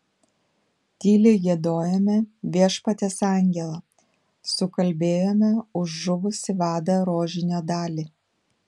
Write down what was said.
tyliai giedojome viešpaties angelą sukalbėjome už žuvusį vadą rožinio dalį